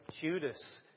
Judas